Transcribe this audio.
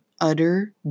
utter